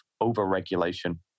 over-regulation